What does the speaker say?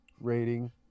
rating